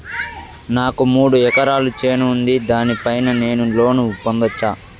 నాకు మూడు ఎకరాలు చేను ఉంది, దాని పైన నేను లోను పొందొచ్చా?